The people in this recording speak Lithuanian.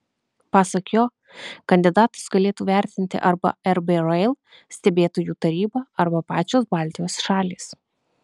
pasak jo kandidatus galėtų vertinti arba rb rail stebėtojų taryba arba pačios baltijos šalys